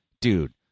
dude